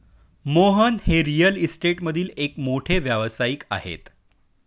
मोहन हे रिअल इस्टेटमधील एक मोठे व्यावसायिक आहेत